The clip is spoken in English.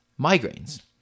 migraines